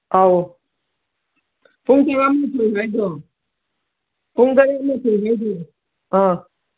ꯑꯧ ꯄꯨꯡ ꯇꯔꯥꯃꯥꯊꯣꯏ ꯑꯗꯨꯋꯥꯏꯗꯣ ꯄꯨꯡ ꯇꯔꯥꯃꯥꯊꯣꯏ ꯑꯗꯨꯋꯥꯏꯗꯣ ꯑꯥ